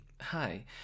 Hi